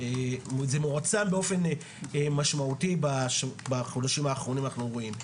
זה מועצם באופן משמעותי בחודשים האחרונים אנחנו רואים.